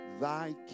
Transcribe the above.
Thy